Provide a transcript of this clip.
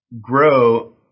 grow